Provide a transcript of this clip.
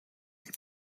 die